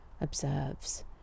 observes